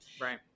Right